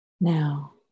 Now